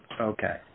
Okay